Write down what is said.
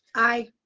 aye.